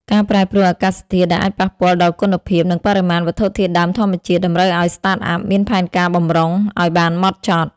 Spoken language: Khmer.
ការប្រែប្រួលអាកាសធាតុដែលអាចប៉ះពាល់ដល់គុណភាព និងបរិមាណវត្ថុធាតុដើមធម្មជាតិ តម្រូវឱ្យ Startup មានផែនការបម្រុង ឱ្យបានហ្មត់ចត់។